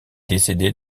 décédé